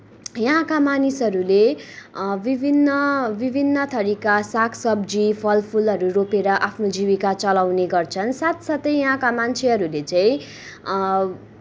यहाँका मानिसहरूले विभिन्न विभिन्न थरीका सागसब्जी फलफुलहरू रोपेर आफ्नो जीविका चलाउने गर्छन् साथसाथै यहाँका मान्छेहरूले चाहिँ